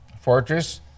Fortress